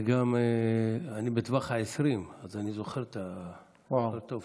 ואני גם בטווח ה-20, אז אני זוכר את זה טוב-טוב.